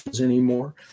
anymore